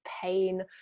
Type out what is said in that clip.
pain